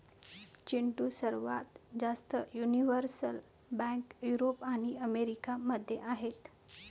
चिंटू, सर्वात जास्त universal bank Europe आणि अमेरिका मध्ये आहेत